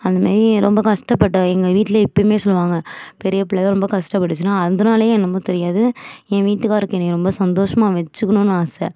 அந்த மாரி ரொம்ப கஷ்டப்பட்டோம் எங்கள் வீட்லையும் இப்பயுமே சொல்லுவாங்க பெரிய பிள்ளதான் ரொம்ப கஷ்டப்பட்டுச்சுனு அதனாலயே என்னமோ தெரியாது ஏன் வீட்டுக்காரருக்கு என்னையை ரொம்ப சந்தோஷமாக வச்சுக்கணுன்னு ஆசை